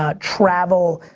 um travel,